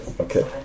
Okay